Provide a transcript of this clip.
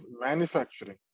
manufacturing